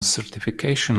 certification